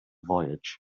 voyage